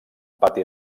pati